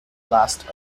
last